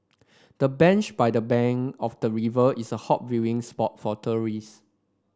the bench by the bank of the river is a hot viewing spot for tourists